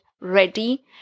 ready